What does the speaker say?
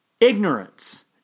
ignorance